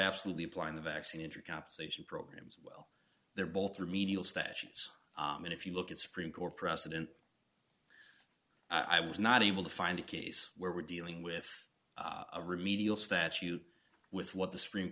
absolutely apply in the vaccine injury compensation programs they're both remedial statutes and if you look at supreme court precedent i was not able to find a case where we're dealing with a remedial statute with what the supreme